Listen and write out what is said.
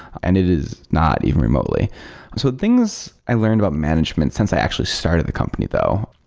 and it is not even remotely. so the things i learned about management since i actually started the company though.